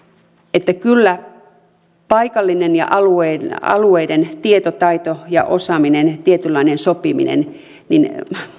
että kyllä paikallinen ja alueiden ja alueiden tietotaito ja osaaminen tietynlainen sopiminen